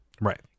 Right